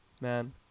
man